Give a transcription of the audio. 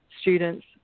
students